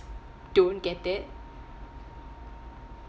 don't get it